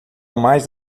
mais